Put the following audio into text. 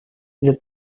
для